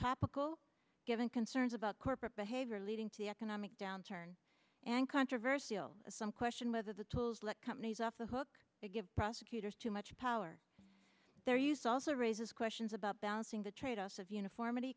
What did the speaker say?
topical given concerns about corporate behavior leading to the economic downturn and controversial some question whether the tools let companies off the hook give prosecutors too much power their use also raises questions about balancing the tradeoffs of uniformity